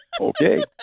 okay